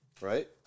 right